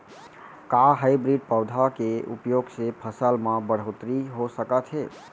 का हाइब्रिड पौधा के उपयोग से फसल म बढ़होत्तरी हो सकत हे?